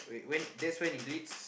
where that's when he greets